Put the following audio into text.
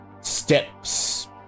steps